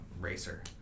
racer